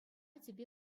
тӗпе